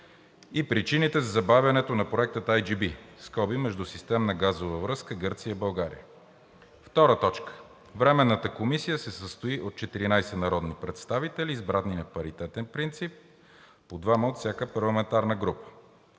и причините за забавянето на проекта IGB (Междусистемна газова връзка Гърция – България). 2. Временната комисия се състои от 14 народни представители, избрани на паритетен принцип – по двама от всяка парламентарна група.